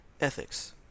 Ethics